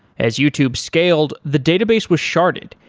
as youtube scaled, the database was sharded,